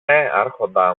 άρχοντα